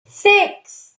six